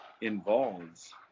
involves